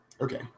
Okay